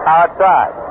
Outside